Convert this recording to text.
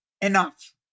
enough